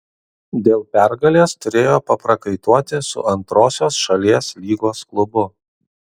dėl pergalės turėjo paprakaituoti su antrosios šalies lygos klubu